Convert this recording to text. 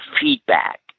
feedback